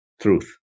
truth